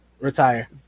Retire